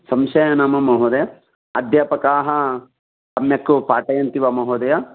संशयः नाम महोदय अध्यापकाः सम्यक् पाठयन्ति वा महोदय